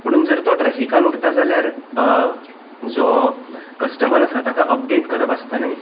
पुणून जर तो ट्रॅफिकान उरता जाल्यार जो कस्टमर आसा ताका अपडेट करप आसता न्हय